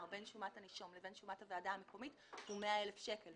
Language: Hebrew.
בין שומת הנישום לבין שומת הוועדה המקומית הוא 100,000 שקל.